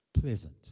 Pleasant